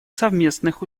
совместных